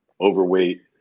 Overweight